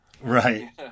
right